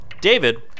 David